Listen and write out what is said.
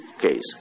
case